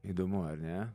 įdomu ar ne